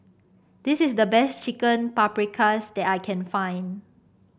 this is the best Chicken Paprikas that I can find